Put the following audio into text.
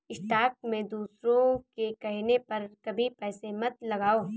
stock में दूसरों के कहने पर कभी पैसे मत लगाओ